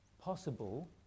possible